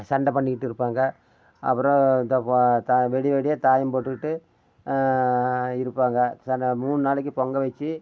சண்டை பண்ணிகிட்டு இருப்பாங்க அப்புறம் இந்த த விடிய விடிய தாயம் போட்டுக்கிட்டு இருப்பாங்க மூணு நாளைக்கு பொங்கல் வச்சு